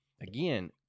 Again